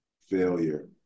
failure